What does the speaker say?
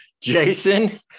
Jason